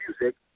music